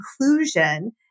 inclusion